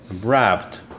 wrapped